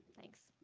thanks.